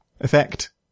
effect